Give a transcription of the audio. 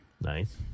Nice